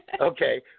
Okay